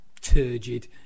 turgid